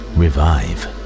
revive